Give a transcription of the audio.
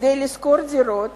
כדי לשכור דירות